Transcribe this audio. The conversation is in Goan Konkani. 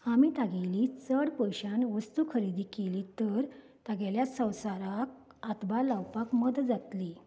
आमी तागेली चड पयश्यान वस्तू खरेदी केली तर सगळ्या संवसाराक हातभार लावपाक मदत जातली